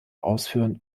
ausführen